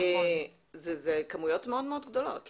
אלו כמויות מאוד גדולות.